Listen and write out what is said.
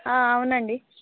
అవును అండి